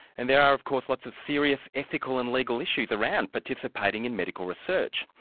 and there are of course, lots of serious ethical and legal issues around participating in medical research.